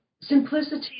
simplicity